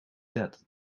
that